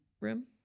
room